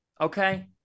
okay